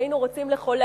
שאנו בוועדה רוצים לחולל,